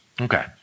Okay